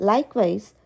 Likewise